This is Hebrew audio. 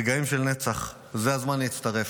רגעים של נצח, זה הזמן להצטרף.